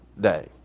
day